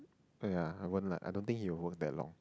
wait ah I won't lah I don't think he will go that long